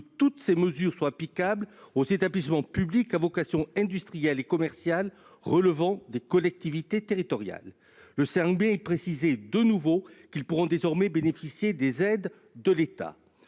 toutes ces mesures soient applicables aux établissements publics à vocation industrielle et commerciale relevant des collectivités territoriales. » Le 5 mai, il précisait qu'ils pourraient « désormais bénéficier des aides de l'État